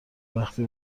وقتی